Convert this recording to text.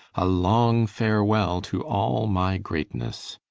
a long farewell to all my greatnesse.